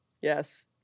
Yes